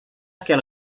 qu’elle